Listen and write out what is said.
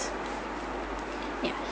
ya